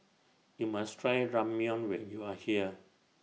YOU must Try Ramyeon when YOU Are here